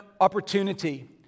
opportunity